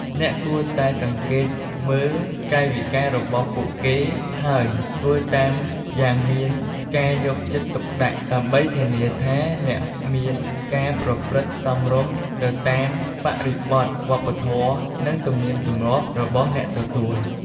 អ្នកគួរតែសង្កេតមើលកាយវិការរបស់ពួកគេ ហើយធ្វើតាមយ៉ាងមានការយកចិត្តទុកដាក់ ដើម្បីធានាថាអ្នកមានការប្រព្រឹត្តសមរម្យទៅតាមបរិបទវប្បធម៌ និងទំនៀមទម្លាប់របស់អ្នកទទួល។